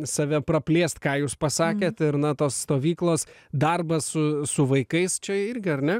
save praplėst ką jūs pasakėt ir na tos stovyklos darbas su su vaikais čia irgi ar ne